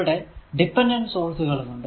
ഇവിടെ dependent source കളും ഉണ്ട്